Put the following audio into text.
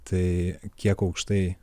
tai kiek aukštai